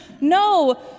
No